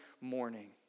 morning